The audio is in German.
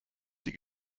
die